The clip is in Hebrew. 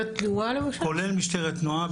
כולל משטרת תנועה.